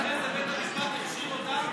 מהאופוזיציה והקואליציה,